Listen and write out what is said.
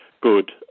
good